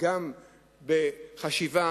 גם בחשיבה,